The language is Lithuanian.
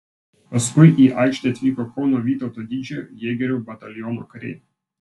paskui į aikštę atvyko kauno vytauto didžiojo jėgerių bataliono kariai